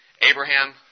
Abraham